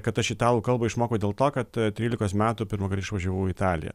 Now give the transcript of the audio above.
kad aš italų kalbą išmokau dėl to kad trylikos metų pirmąkart išvažiavau į italiją